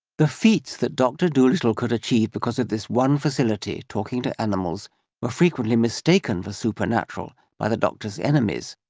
the feats that dr dolittle could achieve because of this one facility talking to animals were frequently mistaken for supernatural by the doctor's enemies.